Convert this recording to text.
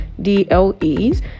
DLEs